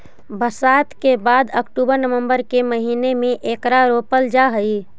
बरसात के बाद अक्टूबर नवंबर के महीने में एकरा रोपल जा हई